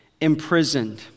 imprisoned